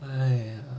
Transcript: !aiya!